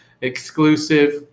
exclusive